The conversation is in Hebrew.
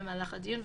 במהלך הדיון,